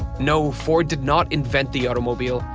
no ford did not invent the automobile,